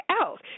else